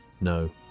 no